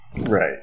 Right